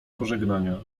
pożegnania